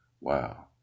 Wow